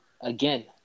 again